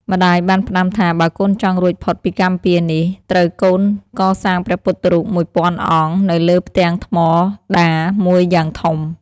ម្ដាយបានផ្ដាំថា បើកូនចង់រួចផុតពីកម្មពៀរនេះ ត្រូវកូនកសាងព្រះពុទ្ធរូបមួយពាន់អង្គនៅលើផ្ទាំងថ្មដាមួយយ៉ាងធំ ។